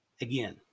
Again